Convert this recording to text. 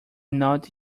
not